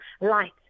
light